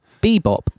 Bebop